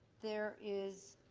there is